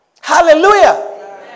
Hallelujah